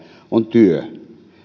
on työ